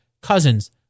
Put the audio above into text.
cousins